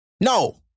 No